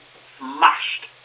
smashed